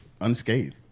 Unscathed